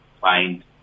find